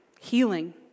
healing